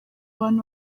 abana